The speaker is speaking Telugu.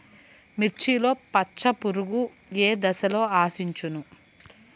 మిర్చిలో పచ్చ పురుగు ఏ దశలో ఆశించును?